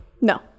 No